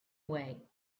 way